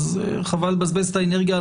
חבל לבזבז את האנרגיה.